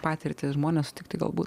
patirtys žmonės sutikti galbūt